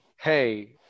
hey